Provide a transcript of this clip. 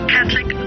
Catholic